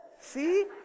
See